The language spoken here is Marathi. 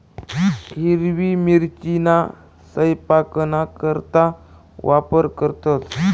हिरवी मिरचीना सयपाकना करता वापर करतंस